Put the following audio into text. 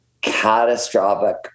catastrophic